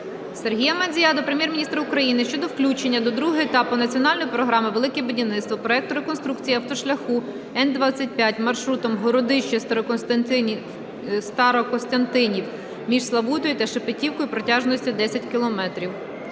Сергія Мандзія до Прем'єр-міністра України щодо включення до другого етапу Національної програми "Велике будівництво" проекту реконструкції автошляху Н-25 маршрутом Городище-Старокостянтинів між Славутою та Шепетівкою протяжністю 10 км.